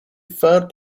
third